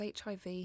HIV